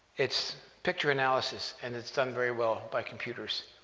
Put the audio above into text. it's picture analysis, and it's done very well by computers,